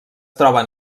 troben